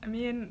I mean